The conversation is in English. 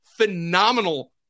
phenomenal